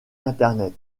internet